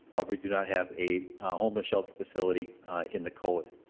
um we do not have a homeless shelter facility in the code.